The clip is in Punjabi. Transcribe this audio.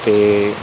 ਅਤੇ